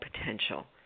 potential